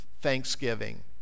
thanksgiving